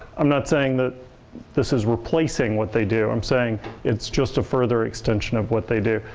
i'm not saying that this is replacing what they do. i'm saying it's just a further extension of what they do.